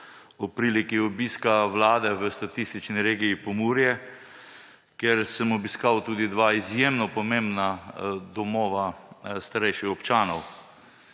ob priliki obiska Vlade v statistični regiji Pomurje, kjer sem obiskal tudi dva izjemno pomembna domova starejših občanov.